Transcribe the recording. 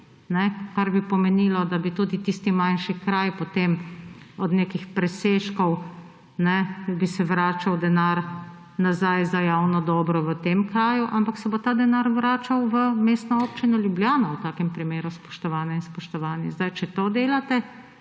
kar bi pomenilo, da bi se tudi v tistih manjših krajih potem od nekih presežkov vračal denar za javno dobro v tem kraju, ampak se bo ta denar vračal v Mestno občino Ljubljana v takem primeru, spoštovane in spoštovani. Če s svojim